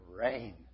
rain